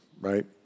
right